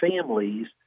families